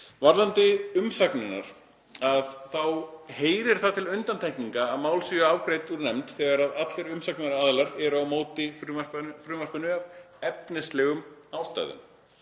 Varðandi umsagnirnar þá heyrir það til undantekninga að mál séu afgreidd út úr nefnd þegar allir umsagnaraðilar eru á móti frumvarpinu af efnislegum ástæðum.